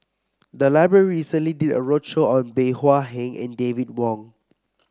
the library recently did a roadshow on Bey Hua Heng and David Wong